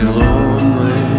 lonely